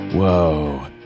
Whoa